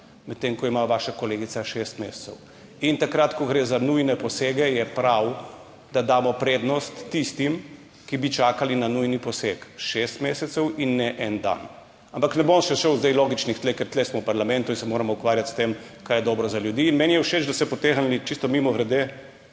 medtem ko ima vaša kolegica šest mesecev. In takrat, ko gre za nujne posege, je prav, da damo prednost tistim, ki bi čakali na nujni poseg šest mesecev in ne en dan. Ampak ne bom se šel zdaj logično tu, ker tu smo v parlamentu in se moramo ukvarjati s tem, kaj je dobro za ljudi. In meni je všeč, da ste potegnili čisto mimogrede